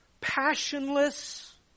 passionless